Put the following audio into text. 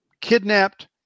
kidnapped